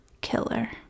Killer